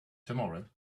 tomorrow